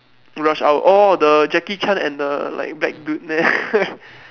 rush hour orh the Jackie Chan and the like black dude